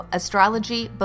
astrology